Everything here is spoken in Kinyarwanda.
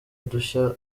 udushya